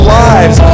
lives